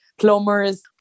Plumbers